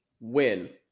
win